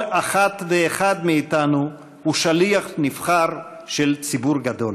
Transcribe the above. כל אחת ואחד מאתנו הוא שליח נבחר של ציבור גדול.